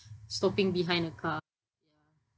stopping behind the car